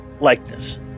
likeness